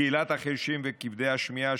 קהילת החירשים וכבדי השמיעה,